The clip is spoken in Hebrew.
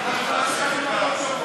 לוועדת הכספים נתקבלה.